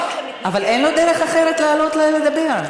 אבל אין לו דרך אחרת לעלות לדבר.